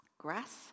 Grass